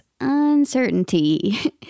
uncertainty